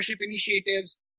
initiatives